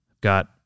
Got